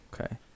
Okay